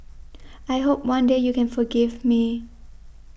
I hope one day you can forgive me